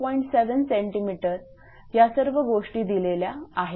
7 cm या सर्व गोष्टी दिलेल्या आहेत